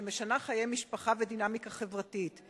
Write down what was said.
שמשנה חיי משפחה ודינמיקה חברתית.